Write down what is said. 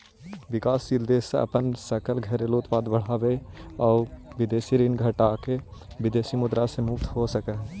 विकासशील देश अपन सकल घरेलू उत्पाद बढ़ाके आउ विदेशी ऋण घटाके विदेशी ऋण से मुक्त हो सकऽ हइ